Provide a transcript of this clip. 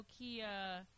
Nokia